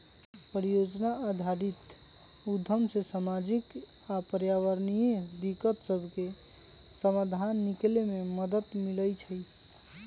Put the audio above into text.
परिजोजना आधारित उद्यम से सामाजिक आऽ पर्यावरणीय दिक्कत सभके समाधान निकले में मदद मिलइ छइ